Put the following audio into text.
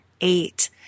eight